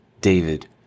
David